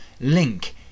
link